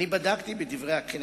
בדקתי ב"דברי הכנסת"